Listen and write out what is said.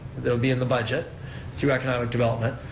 they would be in the budget through economic development,